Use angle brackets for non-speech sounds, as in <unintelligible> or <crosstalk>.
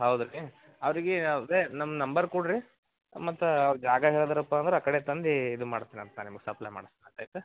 ಹೌದಾ ರೀ ಅವರಿಗೆ ಅವೆ ನಮ್ಮ ನಂಬರ್ ಕೊಡಿರಿ ಮತ್ತು ಅವ್ರ ಜಾಗ ಹೇಳಿದಿರಪ್ಪ ಅಂದ್ರೆ ಆ ಕಡೆ ತಂದು ಇದು ಮಾಡ್ತಿನಂತೆ ನಾ ನಿಮಗೆ ಸಪ್ಲೈ <unintelligible> ಆಯ್ತಾ